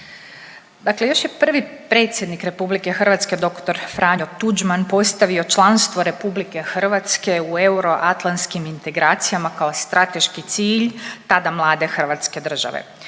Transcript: pakao. Još je prvi predsjednik RH dr. Franjo Tuđman postavio članstvo RH u euroatlantskim integracijama kao strateški cilj tada mlade Hrvatske države.